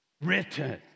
written